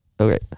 Okay